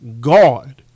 God